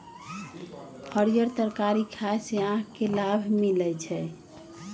हरीयर तरकारी खाय से आँख के लाभ मिलइ छै